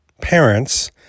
parents